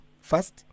first